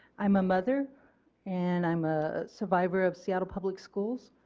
i am a mother and i am a survivor of seattle public schools.